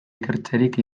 ikertzerik